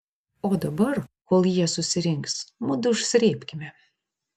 o dabar kol jie susirinks mudu užsrėbkime